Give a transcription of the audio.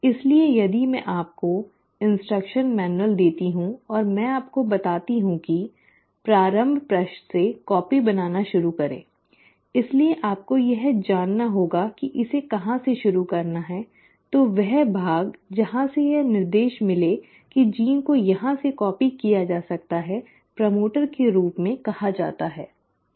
इसलिए यदि मैं आपको निर्देश पुस्तिका देती हूं और मैं आपको बताती हूं की प्रारंभ पृष्ठ से प्रतिलिपि बनाना शुरू करें इसलिए आपको यह जानना होगा कि इसे कहां से शुरू करना है तो वह भाग जहां से यह निर्देश मिले कि जीन को यहां से कॉपी किया जा सकता है प्रमोटर"promoter" के रूप में कहा जाता है